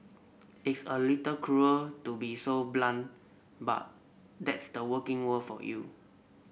it's a little cruel to be so blunt but that's the working world for you